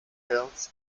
hills